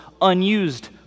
unused